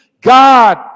God